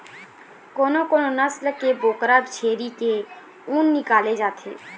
कोनो कोनो नसल के बोकरा छेरी के ऊन निकाले जाथे